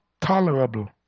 tolerable